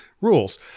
rules